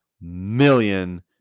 million